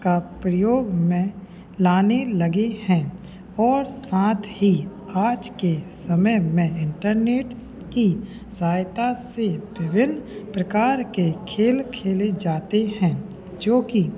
का प्रयोग में लाने लगे हैं और साथ ही आज के समय में इंटरनेट की सहायता से विभिन्न प्रकार के खेल खेले जाते है जोकि